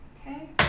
Okay